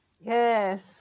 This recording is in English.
Yes